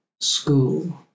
school